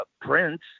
prince